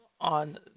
on